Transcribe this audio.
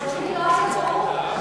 אדוני לא היה ברור, פשוט.